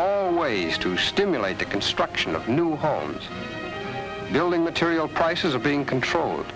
own ways to see stimulate the construction of new homes building material prices are being controlled